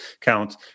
count